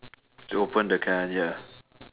to open the can ya